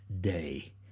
day